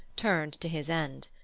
turned to his end.